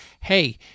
Hey